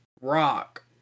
Rock